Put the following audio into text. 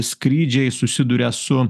skrydžiai susiduria su